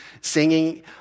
singing